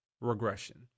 regression